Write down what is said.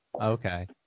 Okay